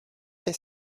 est